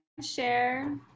share